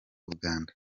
uganda